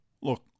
look